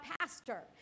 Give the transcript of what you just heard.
pastor